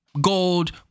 gold